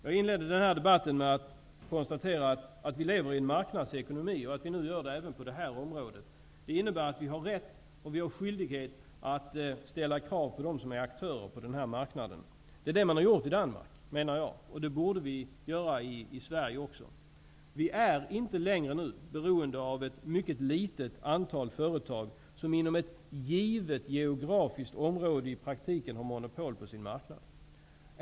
Jag inledde den här debatten med att konstatera att vi lever i en marknadsekonomi och att vi gör det även på det här området. Det innebär att vi har rätt och skyldighet att ställa krav på dem som är aktörer på den här marknaden. Jag menar att det är det man har gjort i Danmark. Det borde vi göra i Sverige också. Vi är inte längre beroende av ett mycket litet antal företag som i praktiken har monopol på sin marknad inom ett givet geografiskt område.